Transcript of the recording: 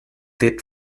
did